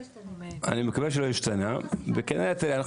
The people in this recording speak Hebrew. אני מקווה שלא ישתנה וכן כרגע אנחנו